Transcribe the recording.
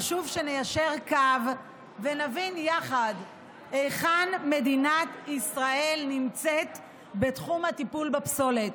חשוב שניישר קו ונבין יחד היכן מדינת ישראל נמצאת בתחום הטיפול בפסולת,